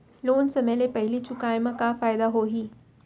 Loan समय ले पहिली चुकाए मा का फायदा होही?